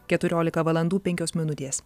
keturiolika valandų penkios minutės